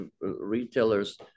retailers